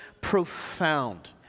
profound